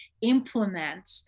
implement